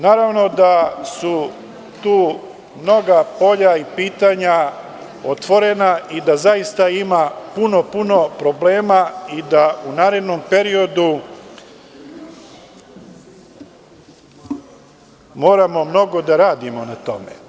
Naravno da su tu mnoga polja i pitanja otvorena i da zaista ima puno problema i da u narednom periodu moramo mnogo da radimo na tome.